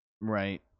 Right